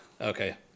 Okay